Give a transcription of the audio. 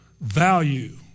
value